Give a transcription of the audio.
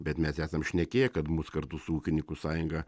bet mes esam šnekėję kad mus kartu su ūkininkų sąjunga